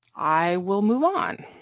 i will move on.